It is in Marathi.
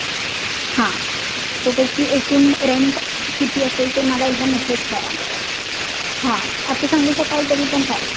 हां तर त्याची एकूण रेंट किती असेल ते मला एकदा मेसेज करा हां आता सांगू शकाल तरीपण चालेल